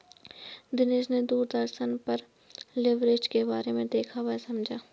दिनेश ने दूरदर्शन पर लिवरेज के बारे में देखा वह समझा